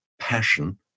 passion